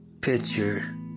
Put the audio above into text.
picture